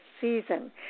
season